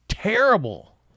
Terrible